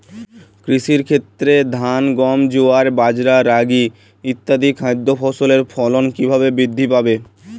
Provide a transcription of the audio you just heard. কৃষির ক্ষেত্রে ধান গম জোয়ার বাজরা রাগি ইত্যাদি খাদ্য ফসলের ফলন কীভাবে বৃদ্ধি পাবে?